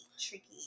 tricky